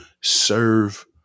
serve